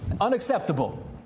unacceptable